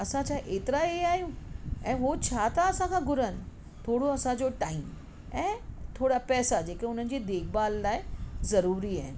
असां छा ऐतिरा हीअं आहियूं ऐं हूअ छा था असांखा घुरनि थोरो असांजो टाइम ऐं थोरा पैसा जेके हुननि जी देखिभाल लाइ ज़रूरी आहिनि